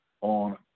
on